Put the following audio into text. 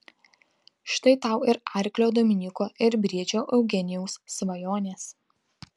štai tau ir arklio dominyko ir briedžio eugenijaus svajonės